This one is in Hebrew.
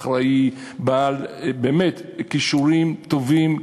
אחראי ובאמת בעל כישורים טובים,